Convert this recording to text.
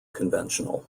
conventional